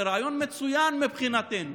זה רעיון מצוין מבחינתנו.